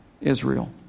Israel